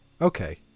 okay